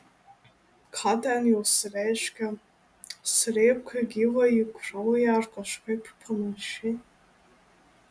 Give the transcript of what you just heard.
ką ten jos reiškia srėbk gyvąjį kraują ar kažkaip panašiai